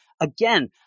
again